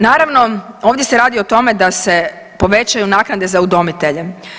Naravno, ovdje se radi o tome da se povećaju naknade za udomitelje.